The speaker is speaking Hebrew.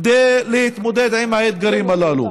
כדי להתמודד עם האתגרים הללו.